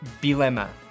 Bilema